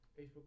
Facebook